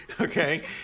Okay